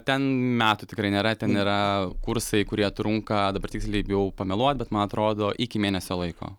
ten metų tikrai nėra ten yra kursai kurie trunka dabar tiksliai bijau pameluot bet man atrodo iki mėnesio laiko